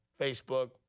Facebook